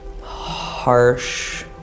harsh